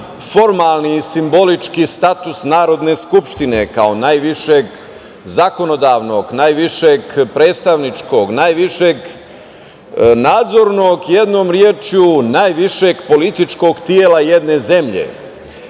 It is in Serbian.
formalni, simbolički status Narodne skupštine, kao najvišeg zakonodavnog, najvišeg predstavničkog, najvišeg nadzornog, jednom rečju najvišeg političkog tela jedne zemlje. Ma